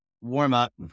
warm-up